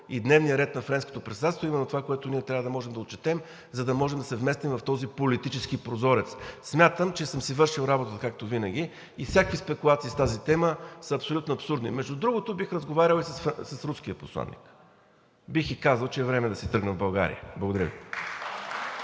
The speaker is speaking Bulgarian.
и дневният ред на Френското председателство е именно това, което ние трябва да можем да отчетем, за да можем да се вместим в този политически прозорец. Смятам, че съм си вършил работата както винаги и всякакви спекулации с тази тема са абсолютно абсурдни. Между другото, бих разговарял и с руския посланик и бих ѝ казал, че е време да си тръгне от България. Благодаря Ви.